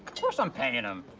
course i'm payin' him.